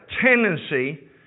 tendency